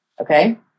Okay